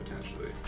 potentially